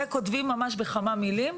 וכותבים ממש בכמה מילים,